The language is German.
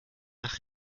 nach